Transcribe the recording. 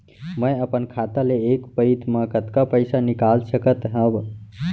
मैं अपन खाता ले एक पइत मा कतका पइसा निकाल सकत हव?